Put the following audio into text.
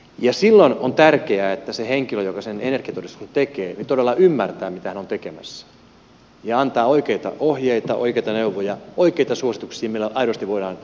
ja silloin on tärkeää että se henkilö joka sen energiatodistuksen tekee todella ymmärtää mitä hän on tekemässä ja antaa oikeita ohjeita oikeita neuvoja oikeita suosituksia millä aidosti voidaan vähentää energiankulutusta